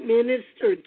Minister